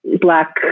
Black